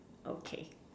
okay